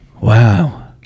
Wow